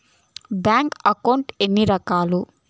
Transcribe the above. bank account ఎన్ని రకాలు